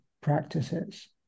practices